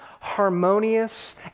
harmonious